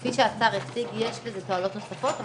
כפי שהשר הציג יש בזה תועלות נוספות,